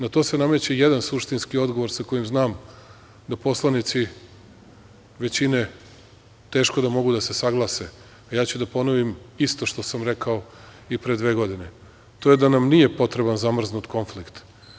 Na to se nameće jedan suštinski odgovor sa kojim znam da poslanici većine teško da mogu da se saglase, a ja ću da ponovim isto što sam rekao i pre dve godine, a to je da nam nije potreban zamrznut konflikt.